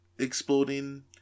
exploding